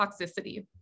toxicity